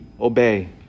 obey